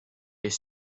est